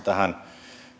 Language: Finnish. tähän